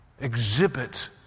exhibit